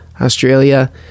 Australia